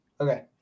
Okay